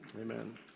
Amen